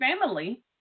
family